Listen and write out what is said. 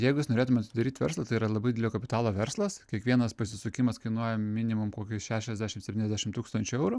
jeigu jūs norėtumėt atidaryti verslą tai yra labai didelio kapitalo verslas kiekvienas pasisukimas kainuoja minimum kokį šešiasdešimt septyniasdešimt tūkstančių eurų